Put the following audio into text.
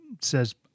says